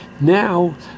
Now